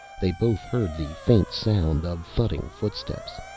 they both heard the faint sound of thudding footsteps.